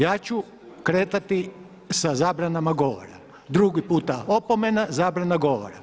Ja ću kretati sa zabranim govora, drugi puta opomena, zabrana govora.